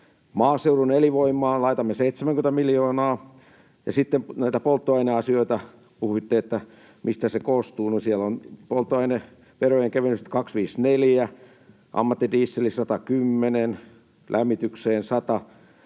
maaseudun elinvoimaan laitamme 70 miljoonaa. Sitten näitä polttoaineasioita, kun puhuitte, mistä ne koostuvat. Siellä on polttoaineverojen kevennykset 254, ammattidiesel 110, lämmitykseen 100,